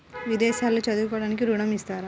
విదేశాల్లో చదువుకోవడానికి ఋణం ఇస్తారా?